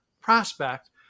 prospect